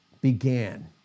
began